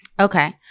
Okay